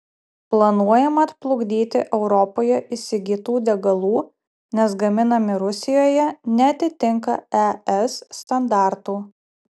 planuojama atplukdyti europoje įsigytų degalų nes gaminami rusijoje neatitinka es standartų